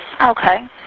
Okay